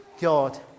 God